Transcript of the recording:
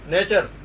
Nature